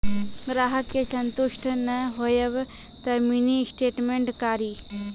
ग्राहक के संतुष्ट ने होयब ते मिनि स्टेटमेन कारी?